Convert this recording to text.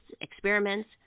experiments